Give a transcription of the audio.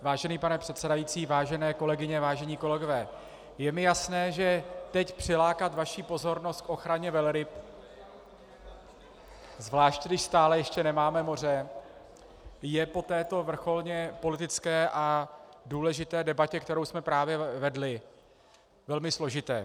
Vážený pane předsedající, vážené kolegyně, vážení kolegové, je mi jasné, že teď přilákat vaši pozornost k ochraně velryb, zvláště když stále ještě nemáme moře, je po této vrcholně politické a důležité debatě, kterou jsme právě vedli, velmi složité.